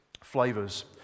flavors